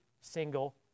single